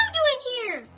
here?